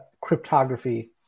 cryptography